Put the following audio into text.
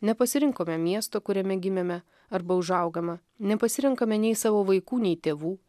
nepasirinkome miesto kuriame gimėme arba užaugome nepasirenkame nei savo vaikų nei tėvų